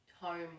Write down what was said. home